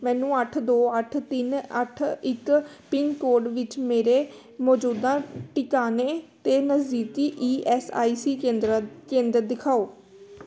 ਮੈਨੂੰ ਅੱਠ ਦੋ ਅੱਠ ਤਿੰਨ ਅੱਠ ਇੱਕ ਪਿੰਨ ਕੋਡ ਵਿੱਚ ਮੇਰੇ ਮੌਜੂਦਾ ਟਿਕਾਣੇ 'ਤੇ ਨਜ਼ਦੀਕੀ ਈ ਐਸ ਆਈ ਸੀ ਕੇਂਦਰਾਂ ਕੇਂਦਰ ਦਿਖਾਓ